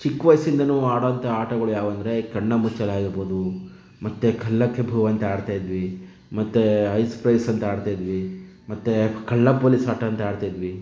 ಚಿಕ್ಕ ವಯಸ್ಸಿಂದಲೂ ಆಡೋವಂಥ ಆಟಗಳು ಯಾವುವೆಂದ್ರೆ ಈ ಕಣ್ಣಮುಚ್ಚಾಲೆ ಆಗಿರ್ಬೋದು ಮತ್ತು ಕಲ್ಲಕ್ಕಿಬೂ ಅಂತ ಆಡ್ತಾ ಇದ್ವಿ ಮತ್ತು ಐಸ್ಪೈಸ್ ಅಂತ ಆಡ್ತಾ ಇದ್ವಿ ಮತ್ತು ಕಳ್ಳ ಪೋಲೀಸ್ ಆಟ ಅಂತ ಆಡ್ತಿದ್ವಿ